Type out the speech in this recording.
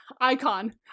icon